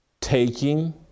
taking